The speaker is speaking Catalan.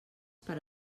per